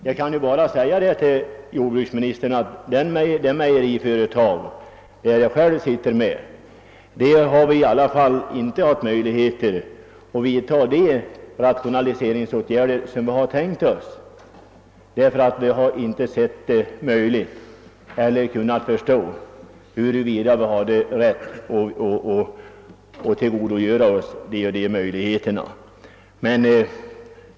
Jag vill säga till jordbruksministern att vi i det mejeriföretag, där jag är verksam, inte vågat vidtaga de rationaliseringsåtgärder som vi tänkt oss, eftersom vi inte varit på det klara med huruvida vi skulle kunna utnyttja de utvägar som stått till buds.